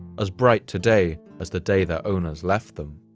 as bright today as the day their owners left them.